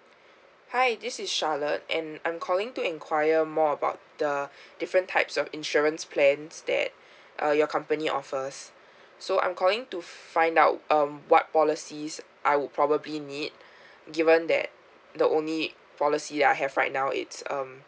hi this is charlotte and I'm calling to enquire more about the different types of insurance plans that uh your company offers so I'm calling to find out um what policies I would probably need given that the only policy I have right now it's um